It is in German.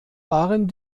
waren